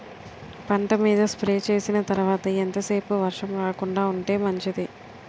పంట మీద స్ప్రే చేసిన తర్వాత ఎంత సేపు వర్షం రాకుండ ఉంటే మంచిది?